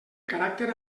caràcter